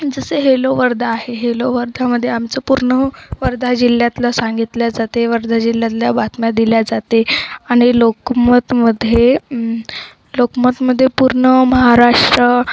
जसे हेलो वर्धा आहे हेलो वर्धामध्ये आमचं पूर्ण वर्धा जिल्ह्यातलं सांगितले जाते वर्धा जिल्ह्यातल्या बातम्या दिल्या जाते आणि लोकमतमध्ये लोकमतमध्ये पूर्ण महाराष्ट्र